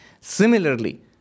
Similarly